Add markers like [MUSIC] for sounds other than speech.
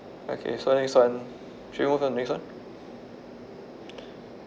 okay so next one should we move to the next one [BREATH]